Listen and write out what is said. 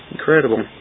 Incredible